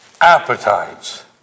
appetites